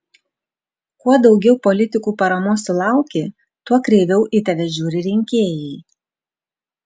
kuo daugiau politikų paramos sulauki tuo kreiviau į tave žiūri rinkėjai